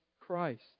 Christ